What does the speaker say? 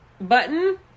button